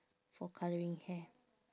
for colouring hair